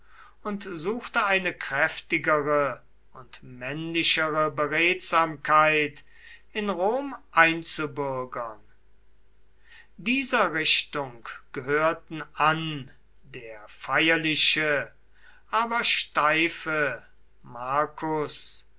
und suchte eine kräftigere und männlichere beredsamkeit in rom einzubürgern dieser richtung gehörten an der feierliche aber steife marcus